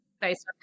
based